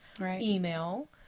email